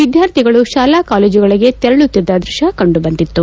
ವಿದ್ಯಾರ್ಥಿಗಳು ಶಾಲಾ ಕಾಲೇಜಿಗಳಿಗೆ ತೆರಳುತ್ತಿದ್ದ ದೃಶ್ಯ ಕಂಡುಬಂದಿತು